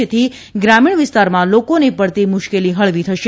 જેથી ગ્રામીણ વિસ્તારમાં લોકોને પડતી મુશ્કેલી હળવી થશે